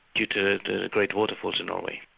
due to the great waterfalls in norway,